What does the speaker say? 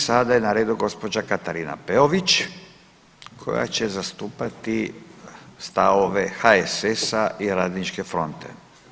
I sada je na redu gđa. Katarina Peović koja će zastupati stavove HSS-a i Radničke fronte.